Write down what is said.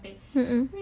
mmhmm